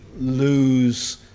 lose